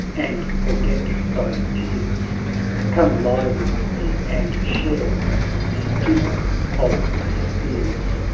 and forget thy tears come lie with me, and share the stupor of the spheres.